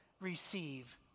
receive